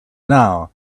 now